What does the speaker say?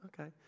okay